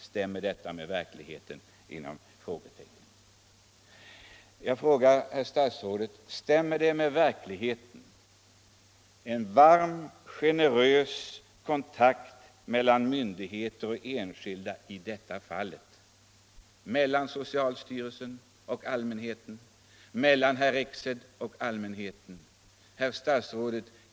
Stämmer detta med verkligheten?” Jag frågar statsrådet: Stämmer det i detta fall med verkligheten att det finns en varm, generös kontakt mellan myndigheter och enskilda, mellan socialstyrelsen och allmänheten och mellan herr Rexed och allmänheten?